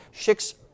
Schick's